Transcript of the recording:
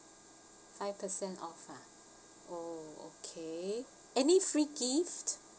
five percent off ah oh okay any free gift